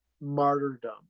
martyrdom